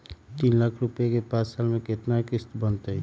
तीन लाख रुपया के पाँच साल के केतना किस्त बनतै?